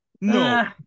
No